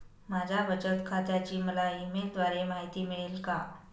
माझ्या बचत खात्याची मला ई मेलद्वारे माहिती मिळेल का?